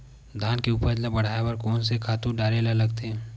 धान के उपज ल बढ़ाये बर कोन से खातु डारेल लगथे?